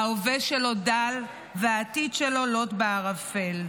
ההווה שלו דל והעתיד שלו לוט בערפל.